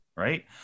right